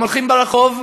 הם הולכים ברחוב,